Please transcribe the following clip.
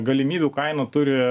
galimybių kaina turi